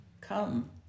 Come